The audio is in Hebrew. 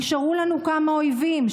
נשארו לנו כמה אויבים,